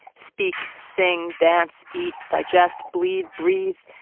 speak, sing, dance, eat, digest, bleed, breathe.